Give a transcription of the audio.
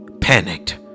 panicked